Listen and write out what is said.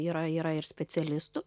yra yra ir specialistų